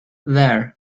there